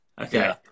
Okay